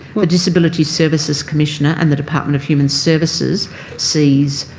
the disability services commissioner and the department of human services sees